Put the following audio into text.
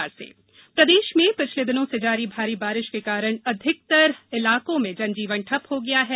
मौसम प्रदेष में पिछले दिनों जारी भारी बारिष के कारण अधिकतर इलाकों में जनजीवन ठप्प हो गया है